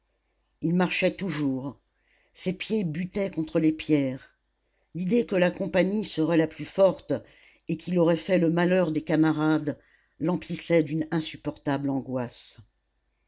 il marchait toujours ses pieds butaient sur les pierres l'idée que la compagnie serait la plus forte et qu'il aurait fait le malheur des camarades l'emplissait d'une insupportable angoisse